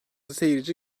seyirci